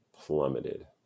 plummeted